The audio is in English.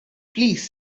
please